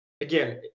again